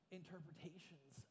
interpretations